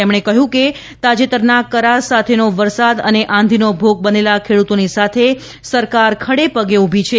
તેમણે કહ્યું કે તાજેતરના કરા સાથેનો વરસાદ અને આંધીનો ભોગ બનેલા ખેડ્રતોની સાથે સરકાર ખડે પગે ઉભી છે